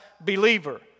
believer